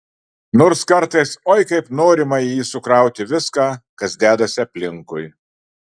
nors kartais oi kaip norima į jį sukrauti viską kas dedasi aplinkui